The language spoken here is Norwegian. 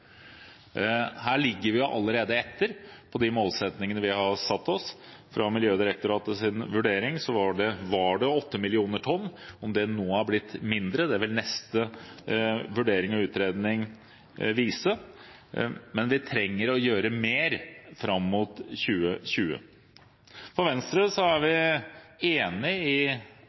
Her ligger vi allerede etter de målsettingene vi har satt oss. Etter Miljødirektoratets vurdering var det 8 millioner tonn. Om det nå har blitt mindre, vil neste vurdering og utredning vise, men vi trenger å gjøre mer fram mot 2020. Venstre er